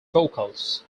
vocals